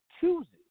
chooses